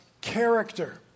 character